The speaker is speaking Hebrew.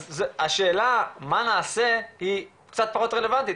אז השאלה מה נעשה היא קצת פחות רלוונטית.